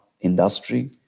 industry